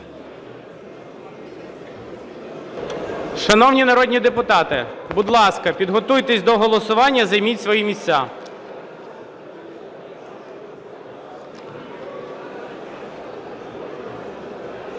Шановні народні депутати, будь ласка, підготуйтесь до голосування і займіть свої місця.